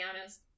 honest